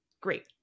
Great